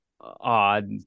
odd